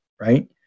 right